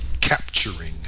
capturing